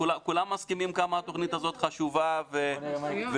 כולם מסכימים על כמה התוכנית הזאת חשובה ומועילה.